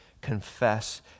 confess